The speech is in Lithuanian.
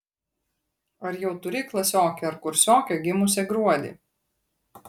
ar jau turi klasiokę ar kursiokę gimusią gruodį